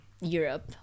europe